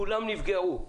כולם נפגעו.